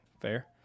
fair